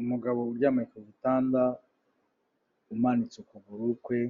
Umugabo uryamye ku gitanda, umanitse ukuguru kwe,